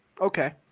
Okay